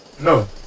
No